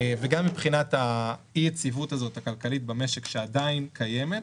וגם מבחינת אי היציבות הכלכלית במשק שעדיין קיימת,